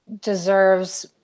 deserves